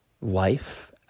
life